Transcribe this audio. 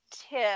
tip